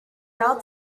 now